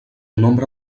nombre